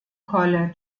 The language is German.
college